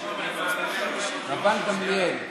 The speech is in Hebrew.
רבן גמליאל.